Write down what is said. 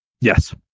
Yes